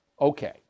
Okay